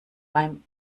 beim